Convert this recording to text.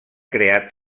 creat